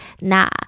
nah